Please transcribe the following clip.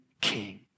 king